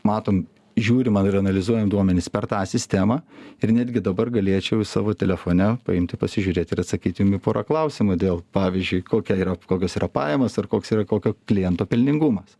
matom žiūrim ir analizuojant duomenis per tą sistemą ir netgi dabar galėčiau savo telefone paimti pasižiūrėti ir atsakyti jum į porą klausimų dėl pavyzdžiui kokia yra kokios yra pajamos ar koks yra kokio kliento pelningumas